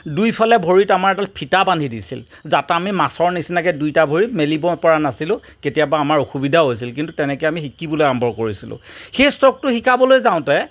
দুইফালে ভৰিত আমাৰ এডাল ফিটা বান্ধি দিছিল যাতে আমি মাছৰ নিচিনাকে দুইটা ভৰি মেলিব পাৰা নাছিলোঁ কেতিয়াবা আমাৰ অসুবিধা হৈছিল কিন্তু তেনেকে আমি শিকিবলে আৰম্ভ কৰিছিলোঁ সেই ষ্ট'কটো শিকাবলৈ যাওঁতে